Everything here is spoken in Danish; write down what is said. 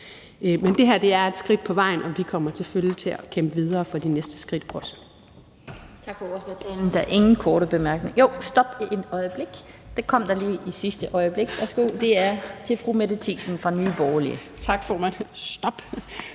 Men det her er et skridt på vejen, og vi kommer selvfølgelig også til at kæmpe videre for de næste skridt.